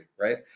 right